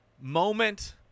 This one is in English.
moment